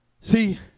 See